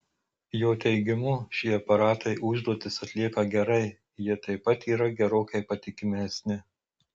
jo teigimu šie aparatai užduotis atlieka gerai jie taip pat yra gerokai patikimesni